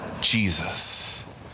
Jesus